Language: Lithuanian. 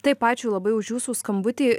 taip ačiū labai už jūsų skambutį